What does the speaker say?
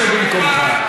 שב במקומך.